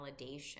validation